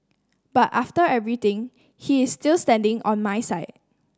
but after everything he is still standing on my side